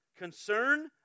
Concern